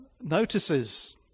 notices